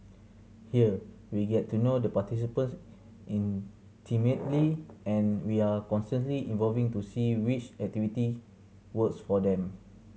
here we get to know the participants intimately and we are constantly evolving to see which activity works for them